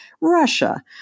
Russia